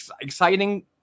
exciting